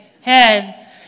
head